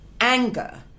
anger